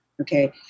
okay